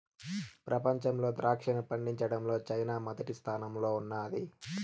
ప్రపంచంలో ద్రాక్షను పండించడంలో చైనా మొదటి స్థానంలో ఉన్నాది